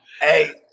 hey